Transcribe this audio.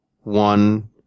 one